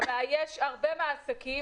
יש הרבה מהעסקים,